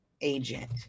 agent